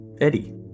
Eddie